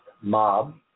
mob